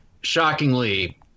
shockingly